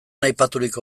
aipaturiko